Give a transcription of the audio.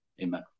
Amen